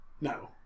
No